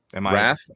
wrath